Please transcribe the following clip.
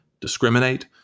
discriminate